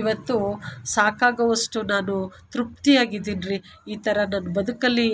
ಇವತ್ತು ಸಾಕಾಗೊವಷ್ಟು ನಾನು ತೃಪ್ತಿಯಾಗಿದ್ದೀನಿ ರೀ ಈ ಥರ ನನ್ನ ಬದುಕಲ್ಲಿ